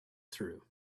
through